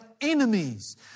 enemies